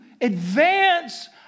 advance